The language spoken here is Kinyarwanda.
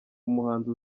umuhanzi